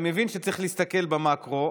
אני מבין שצריך להסתכל במקרו,